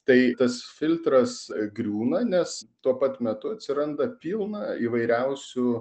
tai tas filtras griūna nes tuo pat metu atsiranda pilna įvairiausių